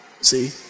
See